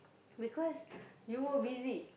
because you were busy